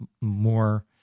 more